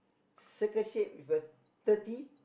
circle shape with a thirty